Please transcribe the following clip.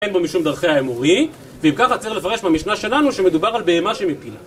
אין בו משום דרכי האמורי, ואם כך צריך לפרש ממשנה שלנו שמדובר על בהמה שמפילה